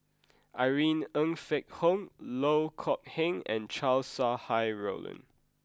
Irene Ng Phek Hoong Loh Kok Heng and Chow Sau Hai Roland